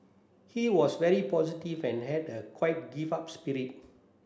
he was very positive and had the quite give up spirit